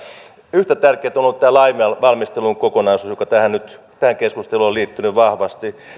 yhtä tärkeätä on ollut tämä lainvalmistelun kokonaisuus joka tähän keskusteluun on liittynyt vahvasti